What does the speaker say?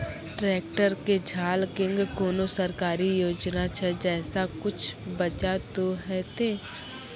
Tractor के झाल किंग कोनो सरकारी योजना छ जैसा कुछ बचा तो है ते?